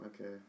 Okay